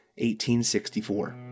1864